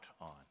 on